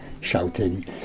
shouting